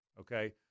okay